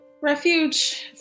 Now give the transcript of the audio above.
Refuge